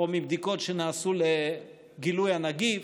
או מבדיקות שנעשו לגילוי הנגיף?